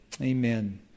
Amen